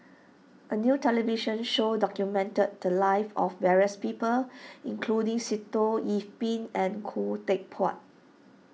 a new television show documented the lives of various people including Sitoh Yih Pin and Khoo Teck Puat